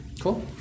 Cool